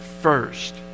first